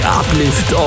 uplift